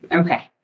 okay